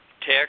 tech